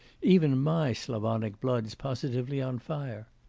even my slavonic blood's positively on fire!